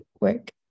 work